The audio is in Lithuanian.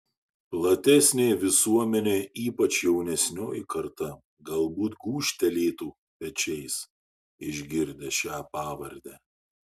platesnė visuomenė ypač jaunesnioji karta galbūt gūžtelėtų pečiais išgirdę šią pavardę